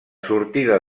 sortida